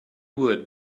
would